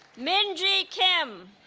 minjee kim